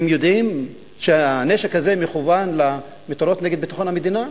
אם יודעים שהנשק הזה מכוון למטרות נגד ביטחון המדינה,